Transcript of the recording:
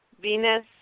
Venus